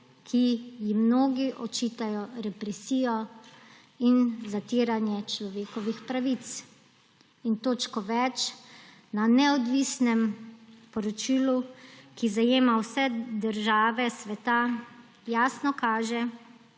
ki ji mnogi očitajo represijo in zatiranje človekovih pravic. Točka več v neodvisnem poročilu, ki zajema vse države sveta, jasno kaže,